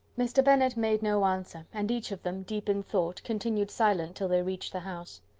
mr. bennet made no answer, and each of them, deep in thought, continued silent till they reached the house.